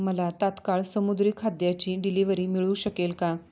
मला तात्काळ समुद्री खाद्याची डिलिवरी मिळू शकेल का